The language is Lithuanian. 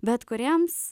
bet kuriems